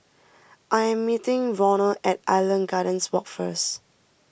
I am meeting Ronald at Island Gardens Walk first